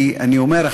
כי אני אומר,